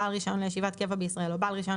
בעל רישיון לישיבת קבע בישראל או בעל רישיון